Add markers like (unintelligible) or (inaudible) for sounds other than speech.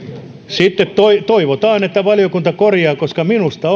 sitten toivotaan että valiokunta korjaa koska minusta (unintelligible)